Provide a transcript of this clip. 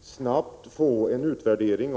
snabbt få till stånd en utvärdering.